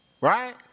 Right